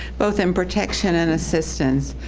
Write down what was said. both in protection and assistance,